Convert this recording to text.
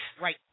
Right